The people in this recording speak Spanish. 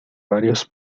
varios